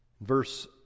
verse